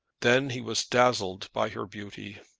then he was dazzled by her beauty.